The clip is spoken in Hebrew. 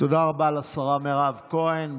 תודה רבה לשרה מירב כהן.